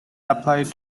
applied